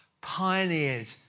pioneered